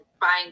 buying